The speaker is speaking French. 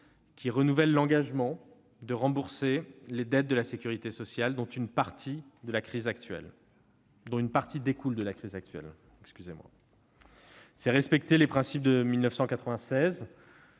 nous renouvelons l'engagement de rembourser les dettes de la sécurité sociale, dont une partie découle de la crise actuelle. Agir ainsi, c'est respecter les principes de 1996,